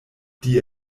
die